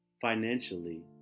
financially